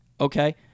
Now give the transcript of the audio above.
okay